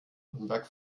nürnberg